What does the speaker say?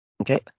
Okay